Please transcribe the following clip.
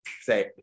say